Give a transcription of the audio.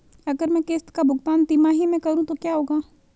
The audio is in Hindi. अगर मैं किश्त का भुगतान तिमाही में करूं तो क्या होगा?